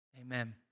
Amen